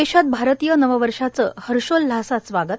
देशात भारतीय नववर्षांच हर्षोल्हासात स्वागत